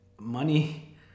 money